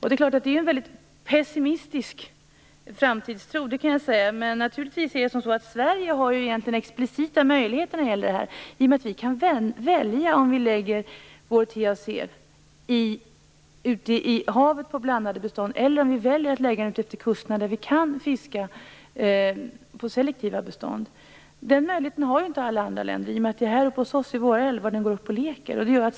Det är klart att det är en väldigt pessimistisk framtidstro. Men Sverige har egentligen explicita möjligheter här. Vi kan ju välja att lägga vår TAC ute i havet på blandade bestånd eller utmed kusterna där vi kan fiska på selektiva bestånd. Den möjligheten har inte alla andra länder. Det är ju här uppe hos oss i våra älvar som laxen går upp och leker.